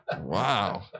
Wow